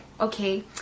Okay